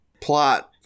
plot